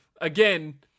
Again